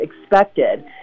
expected